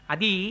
Adi